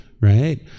right